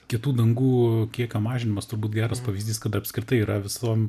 kitų dangų kiekio mažinimas turbūt geras pavyzdys kad apskritai yra visom